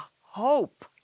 hope